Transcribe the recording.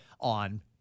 on